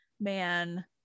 man